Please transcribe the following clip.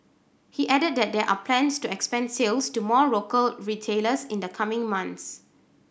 he added that there are plans to expand sales to more local retailers in the coming months